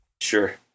Sure